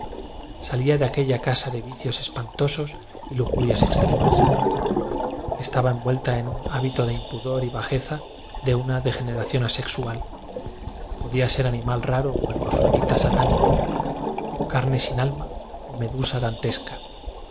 salía de aquella casa de vicios espantosos y lujurias extremas estaba envuelta en un hábito de impudor y bajeza de una degeneración asexual po día ser animal raro o hermafrodiía satáni co carne sin alma o medusa dantesca